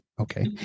okay